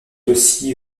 aussi